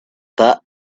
that